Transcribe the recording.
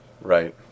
Right